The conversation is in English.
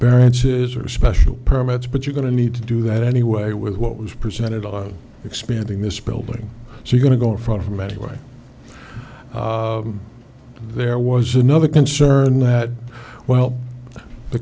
variances or special permits but you're going to need to do that anyway with what was presented on expanding this building so you going to go in front of them anyway there was another concern that well the